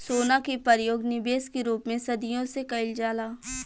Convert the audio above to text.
सोना के परयोग निबेश के रूप में सदियों से कईल जाला